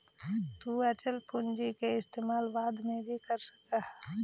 तु इ अचल पूंजी के इस्तेमाल बाद में भी कर सकऽ हे